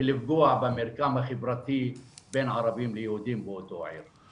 ולפגוע במרקם החברתי בין ערבים ליהודים באותה עיר.